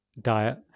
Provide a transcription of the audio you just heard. diet